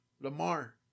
Lamar